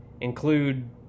include